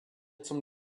zum